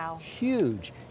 huge